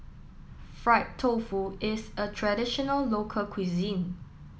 Fried Tofu is a traditional local cuisine